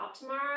tomorrow